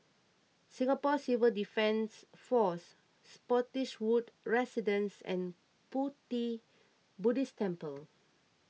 Singapore Civil Defence force Spottiswoode Residences and Pu Ti Buddhist Temple